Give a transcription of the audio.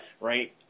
right